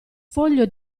foglio